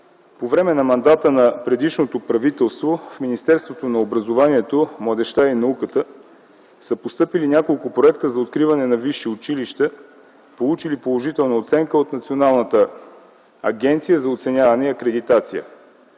По време на мандата на предишното правителство в Министерството на образованието, младежта и науката са постъпили няколко проекта за откриване на висши училища, получили положителна оценка от Националната агенция за оценяване и акредитация: